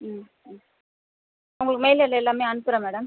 அவங்களுக்கு மெயிலில் உள்ளே எல்லாமே அனுப்புகிறேன் மேடம்